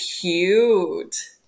cute